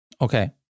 Okay